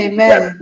Amen